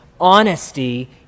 Honesty